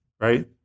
Right